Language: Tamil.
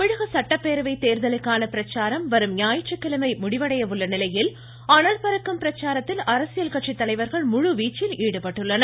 தமிழக சட்டப்பேரவை தேர்தலுக்கான பிரச்சாரம் வரும் ஞாயிற்றுக்கிழமை முடிவடைய உள்ள நிலையில் அனல் பறக்கும் பிரச்சாரத்தில் அரசியல் கட்சி தலைவர்கள் முழுவீச்சில் ஈடுபட்டுள்ளனர்